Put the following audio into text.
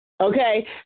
Okay